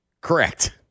Correct